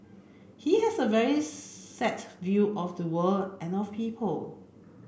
he has a very set view of the world and of people